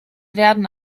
werden